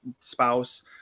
spouse